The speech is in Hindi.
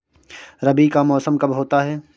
रबी का मौसम कब होता हैं?